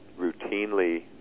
routinely